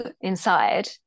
inside